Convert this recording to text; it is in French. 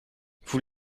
vous